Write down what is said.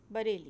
Bareilly